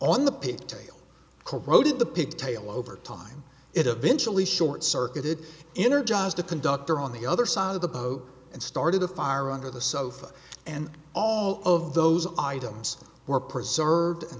corroded the pig tail over time it eventually short circuited energized the conductor on the other side of the boat and started a fire under the sofa and all of those items were preserved and